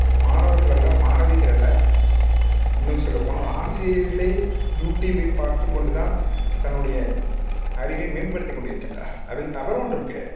மாணவர்கள் அல்ல மாணவிகள் அல்ல இன்னும் சொல்ல போனால் ஆசிரியர்களே யூடுப்பைப் பார்த்து கொண்டு தான் தன்னுடைய அறிவை மேம்படுத்திக் கொண்டு இருக்கின்றார்கள் அதில் தவறு ஒன்றும் கிடையாது